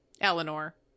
Eleanor